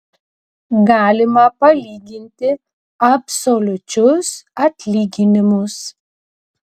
galima palyginti absoliučius atlyginimus